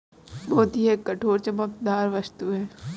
मोती एक कठोर, चमकदार वस्तु है